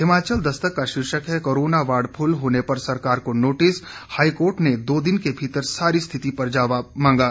हिमाचल दस्तक का शीर्षक है कोरोना वार्ड फुल होने पर सरकार को नोटिस हाईकोर्ट ने दो दिन के भीतर सारी स्थिति पर जवाब मांगा